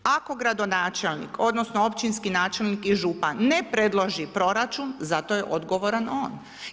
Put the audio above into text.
Ako gradonačelnik, odnosno općinski načelnik i župan ne predloži proračun za to je odgovoran on.